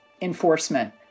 enforcement